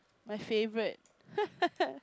my favourite